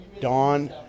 Don